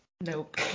Nope